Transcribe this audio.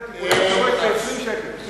20 שקל,